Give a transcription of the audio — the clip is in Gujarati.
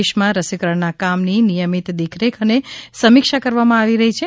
દેશમાં રસીકરણના કામની નિયમિત દેખરેખ અને સમીક્ષા કરવામાં આવી રહી છે